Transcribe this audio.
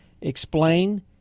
Explain